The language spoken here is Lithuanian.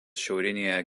šiaurinėje